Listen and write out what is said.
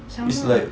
sama ah